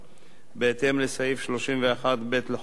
בהתאם לסעיף 31(ב) לחוק-יסוד: